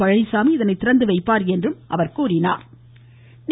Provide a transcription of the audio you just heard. பழனிசாமி இதனை திறந்துவைப்பார் என்றும் அவர் கூறினாா்